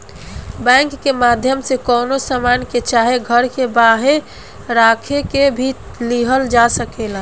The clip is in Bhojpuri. बैंक के माध्यम से कवनो सामान के चाहे घर के बांहे राख के भी लिहल जा सकेला